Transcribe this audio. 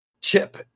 Chip